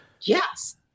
Yes